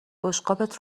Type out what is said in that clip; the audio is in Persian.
بشقابت